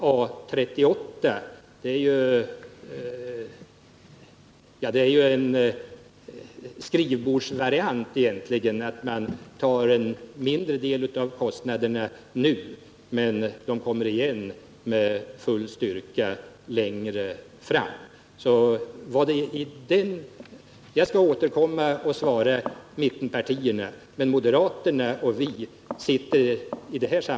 A 38 är egentligen en skrivbordsvariant. Man tar en mindre del av kostnaderna nu, men kommer igen med nya kostnader längre fram.